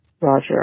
Roger